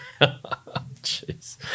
jeez